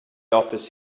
office